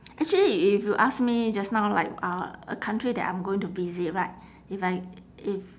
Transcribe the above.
actually if you ask me just now like uh a country that I'm going to visit right if I if